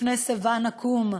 בפני שיבה נקום,